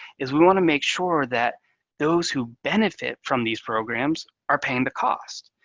is we want to make sure that those who benefit from these programs are paying the cost.